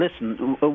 listen